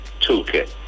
toolkit